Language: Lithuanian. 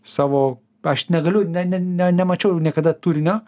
savo aš negaliu ne ne nemačiau niekada turinio